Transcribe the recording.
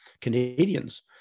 Canadians